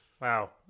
Wow